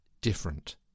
different